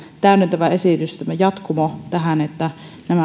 täydentävä esitys tämä jatkumo tähän että nämä